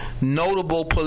notable